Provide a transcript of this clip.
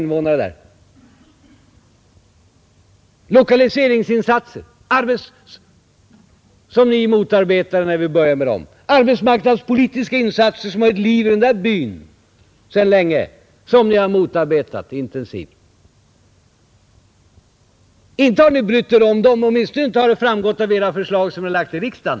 Hur är det med lokaliseringsinsatserna, som ni motarbetade när vi började med dem? Hur är det med de arbetsmarknadspolitiska insatser som har givit liv åt den där byn sedan länge men som ni har motarbetat intensivt? Inte har ni brytt er om dem som bor där — åtminstone har det inte framgått av de förslag som ni lagt i riksdagen.